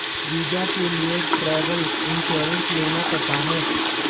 visa के लिए travel insurance लेना पड़ता है